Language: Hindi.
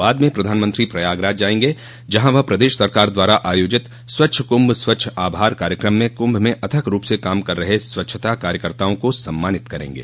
बाद में प्रधानमंत्री प्रयागराज जायेंगे जहां वह प्रदेश सरकार द्वारा आयोजित स्वच्छ कुंभ स्वच्छ आभार कार्यक्रम में कुंभ में अथक रूप से काम कर रहे स्वच्छता कार्यकर्ताओं को सम्मानित करेंगे